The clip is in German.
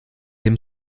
dem